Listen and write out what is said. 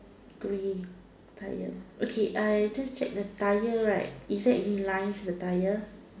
grey colour okay I just check the tyre right is there any lines the tire